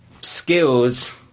Skills